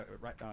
right